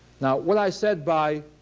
now what i said by